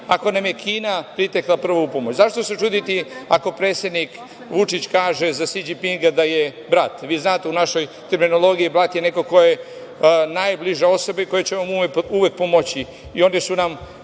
ako nam je Kina pritekla prva u pomoć? Zašto se čuditi ako predsednik Vučić kaže za Si Đipinga da je brat? Vi znate, u našoj terminologiji brat je neko ko je najbliža osoba i koja će vam uvek pomoći. Oni su nam